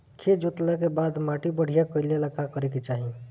खेत जोतला के बाद माटी बढ़िया कइला ला का करे के चाही?